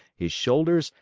his shoulders,